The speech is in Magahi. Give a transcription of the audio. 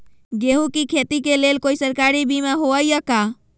गेंहू के खेती के लेल कोइ सरकारी बीमा होईअ का?